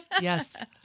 yes